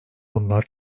bunlar